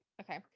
okay